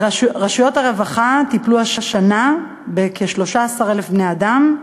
רשויות הרווחה טיפלו השנה בכ-13,000 בני-אדם,